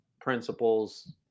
principles